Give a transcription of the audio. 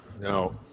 No